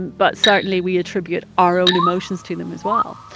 but certainly we attribute our own emotions to them as well.